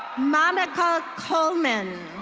monica coleman.